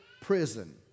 prison